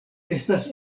estas